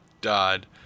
died